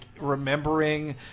remembering